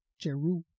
Jeru